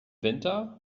winter